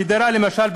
למשל,